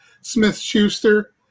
Smith-Schuster